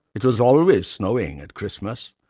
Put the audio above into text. it was always snowing at christmas.